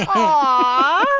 um aww